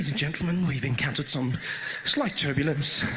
gentlemen, we have encountered some slight turbulence.